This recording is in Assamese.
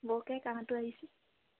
বৰকে কাহটো আহিছে